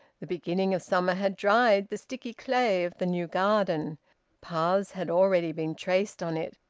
the beginning of summer had dried the sticky clay of the new garden paths had already been traced on it,